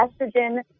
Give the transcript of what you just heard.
estrogen